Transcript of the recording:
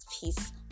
Peace